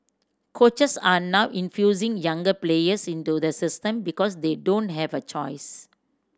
coaches are now infusing younger players into the system because they don't have a choice